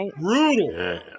brutal